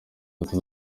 tatu